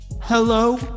Hello